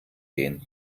gehen